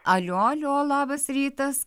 alio alio labas rytas